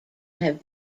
have